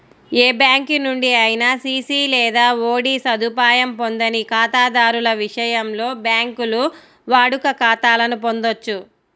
ఏ bank నుండి అయినా CC లేదా ఓడి సదుపాయం పొందని ఖాతాదారుల విషయంలో, బ్యాంకులు వాడుక ఖాతాలను పొందొచ్చు